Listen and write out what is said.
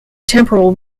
temporal